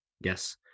yes